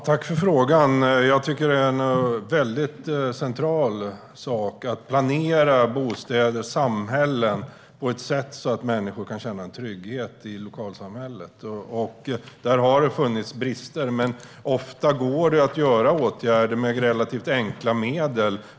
Herr talman! Tack för frågan. Det är en väldigt central sak att planera bostäder och samhällen på ett sådant sätt att människor kan känna en trygghet i lokalsamhället. Där har det funnits brister. Men ofta går det att vidta åtgärder med relativt enkla medel.